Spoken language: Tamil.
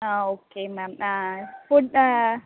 ah okay ma'am food